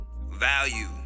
value